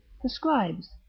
prescribes.